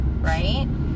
right